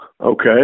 Okay